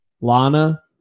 Lana